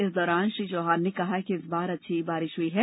इस दौरान श्री चौहान ने कहा के इस बार अच्छी बारिश हुई है